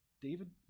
David